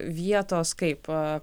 vietos kaip